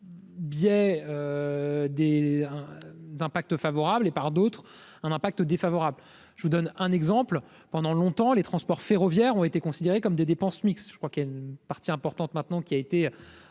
En biais des. Impact favorable et par d'autres, un impact défavorable, je vous donne un exemple : pendant longtemps, les transports ferroviaires ont été considérées comme des dépenses, je crois qu'il y a une partie importante maintenant qui a été